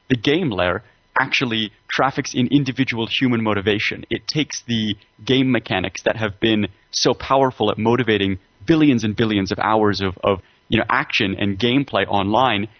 the game layer actually traffics in individual human motivation. it takes the game mechanics that have been so powerful at motivating billions and billions of hours of of you know action and gameplay online,